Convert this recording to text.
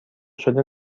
شده